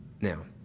Now